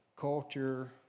culture